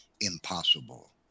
impossible